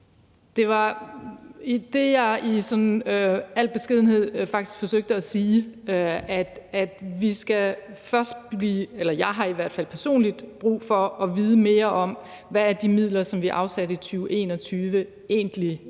Det var det, jeg sådan i al beskedenhed faktiske forsøgte at sige. Jeg har i hvert fald personligt brug for at vide mere om, hvad de midler, som vi afsatte i 2021, egentlig har